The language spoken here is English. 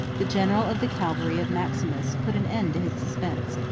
the general of the cavalry of maximus, put an end to his suspense.